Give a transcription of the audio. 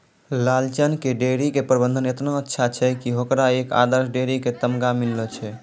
लालचन के डेयरी के प्रबंधन एतना अच्छा छै कि होकरा एक आदर्श डेयरी के तमगा मिललो छै